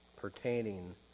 pertaining